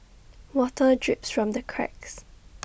water drips from the cracks